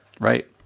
Right